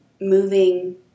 moving